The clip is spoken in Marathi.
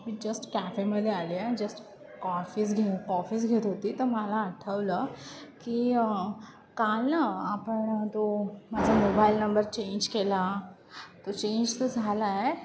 मी जस्ट कॅफेमदे आलेये जस्ट कॉफीज घे कॉफीच घेत होती तर मला आठवलं की काल न आपण तो माझा मोबाईल नंबर चेंज केला तो चेंज तर झाला आहे